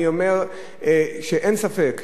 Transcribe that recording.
אני אומר שאין ספק,